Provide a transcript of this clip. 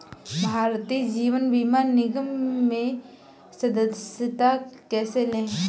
भारतीय जीवन बीमा निगम में सदस्यता कैसे लें?